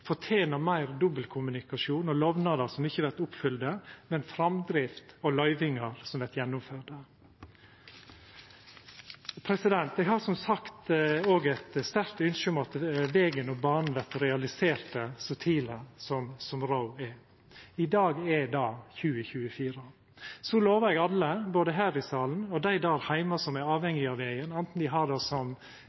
fortener meir dobbeltkommunikasjon og lovnader som ikkje vert oppfylte, men framdrift og løyvingar som vert gjennomførte. Eg har som sagt òg eit sterkt ønske om at vegen og banen vert realiserte så tidleg som råd er. I dag er det 2024. Så lover eg alle, både her i salen og dei der heime som er avhengige av vegen, anten dei har det som